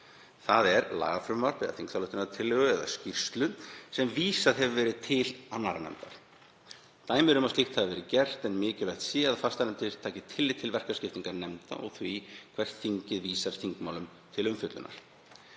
þ.e. lagafrumvarp, þingsályktunartillögu eða skýrslu sem vísað hefur verið til annarrar nefndar. Dæmi eru um að slíkt hafi verið gert en mikilvægt sé að fastanefndir taki tillit til verkaskiptingar nefndanna og því hvert þingið vísar þingmálum til umfjöllunar.